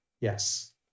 yes